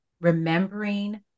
remembering